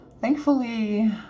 Thankfully